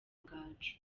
rugaju